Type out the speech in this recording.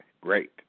Great